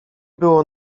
było